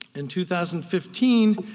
in two thousand fifteen,